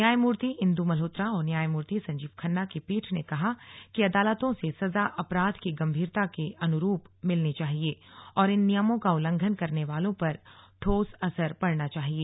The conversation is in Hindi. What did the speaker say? न्यायमूर्ति इंदु मल्होत्रा और न्यायमूर्ति संजीव खन्ना की पीठ ने कहा कि अदालतों से सजा अपराध की गंभीरता के अनुरूप मिलनी चाहिए और इन नियमों का उल्लंघन करने वालों पर ठोस असर पड़ना चाहिए